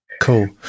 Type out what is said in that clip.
Cool